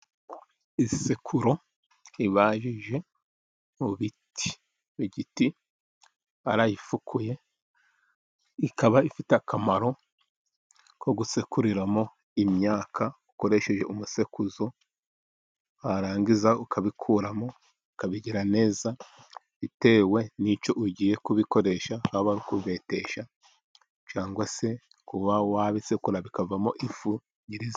Isekuro ibajije mu biti, mu giti, barayifukuye ikaba ifite akamaro ko gusekuriramo imyaka ukoresheje umusekuzo, warangiza ukabikuramo ukabigira neza bitewe n'icyo ugiye kubikoresha, haba kubibetesha cyangwa se kuba wabisekura bikavamo ifu nyirizina.